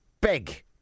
big